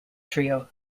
trio